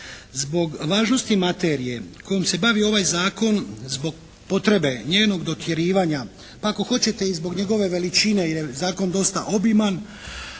Zbog važnosti materije kojom se bavi ovaj zakon, zbog potrebe njenog dotjerivanja pa ako hoćete i zbog njegove veličine jer je zakon dosta obiman